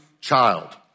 child